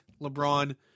LeBron